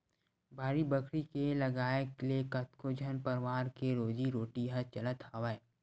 बाड़ी बखरी के लगाए ले कतको झन परवार के रोजी रोटी ह चलत हवय